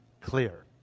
clear